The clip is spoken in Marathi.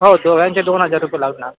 हो दोघांचे दोन हजार रुपये लागणार